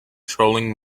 trolling